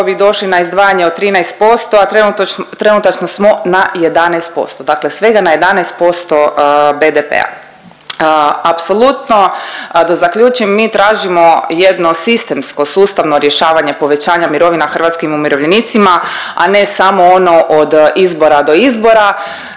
bi došli na izdvajanje od 13%, a trenutačno smo na 11%, dakle svega na 11% BDP-a. Apsolutno da zaključim mi tražimo jedno sistemsko sustavno rješavanje povećanja mirovina hrvatskim umirovljenicima, a ne samo ono od izbora do izbora.